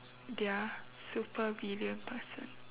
their super villain person